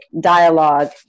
dialogue